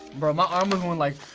bro, my arm was going like